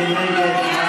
מי נגד?